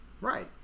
Right